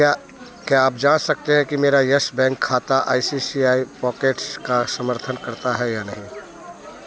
क्या आप जाँच सकते हैं कि मेरा यस बैंक खाता एक नौ दो नौ आठ एक छः सात चार तीन तीन I C I C I Pockets का समर्थन करता है या नहीं